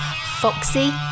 Foxy